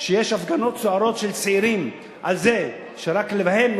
אם אתה תגיש ערר לוועדת שרים וזה יעבור,